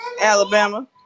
alabama